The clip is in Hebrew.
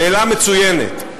שאלה מצוינת,